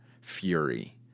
fury